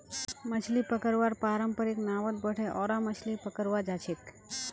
मछली पकड़वार पारंपरिक नावत बोठे ओरा मछली पकड़वा जाछेक